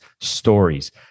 stories